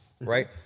right